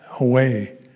away